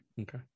Okay